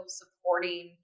supporting